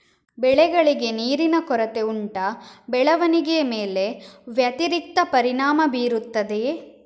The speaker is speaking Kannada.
ಬೆಳೆಗಳಿಗೆ ನೀರಿನ ಕೊರತೆ ಉಂಟಾ ಬೆಳವಣಿಗೆಯ ಮೇಲೆ ವ್ಯತಿರಿಕ್ತ ಪರಿಣಾಮಬೀರುತ್ತದೆಯೇ?